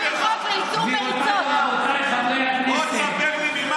בוא תספר לי.